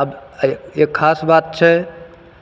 आब ए एक खास बात छै